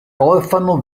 orfano